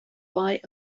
buy